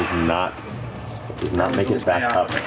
not not make it back up